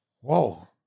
Whoa